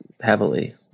heavily